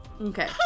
Okay